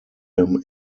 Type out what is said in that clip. him